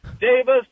Davis